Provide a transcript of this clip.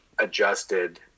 adjusted